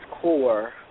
core